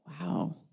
Wow